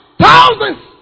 thousands